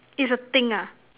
it's a thing ah